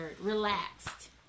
Relaxed